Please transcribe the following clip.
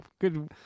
good